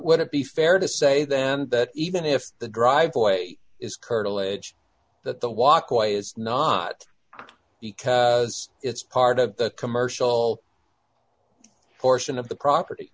what it be fair to say then that even if the driveway is curtilage that the walkway is not because it's part of the commercial d portion of the property